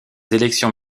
élections